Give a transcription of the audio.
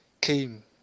came